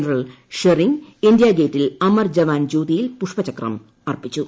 general ഷെറിങ് India ഗേറ്റിൽ അമർ ജവാൻ ജ്യോതിയിൽ പുഷ്പചക്രം അർപ്പിച്ചു